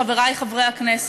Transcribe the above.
חברי חברי הכנסת,